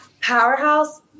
powerhouse